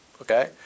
Okay